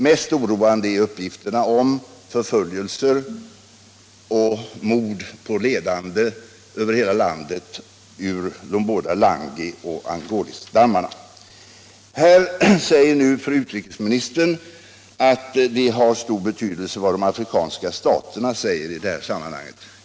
Mest oroande är uppgifterna om förföljelser och mord över hela landet på ledare för langooch acholistammarna. Fru utrikesministern påpekar i svaret att det har stor betydelse vilken hållning de afrikanska staterna intar i detta sammanhang.